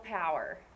power